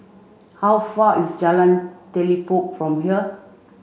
how far is Jalan Telipok from here